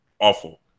awful